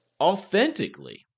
authentically